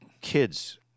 kids